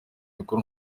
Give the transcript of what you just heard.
mikuru